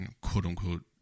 quote-unquote